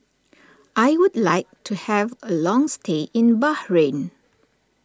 I would like to have a long stay in Bahrain